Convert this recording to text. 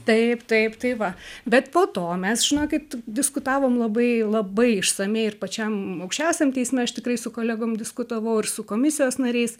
taip taip tai va bet po to mes žinokit diskutavom labai labai išsamiai ir pačiam aukščiausiam teisme aš tikrai su kolegom diskutavau ir su komisijos nariais